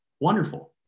wonderful